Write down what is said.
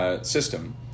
system